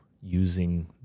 using